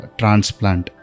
transplant